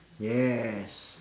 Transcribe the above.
yes